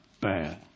Bad